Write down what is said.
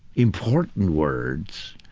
important words,